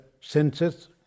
senses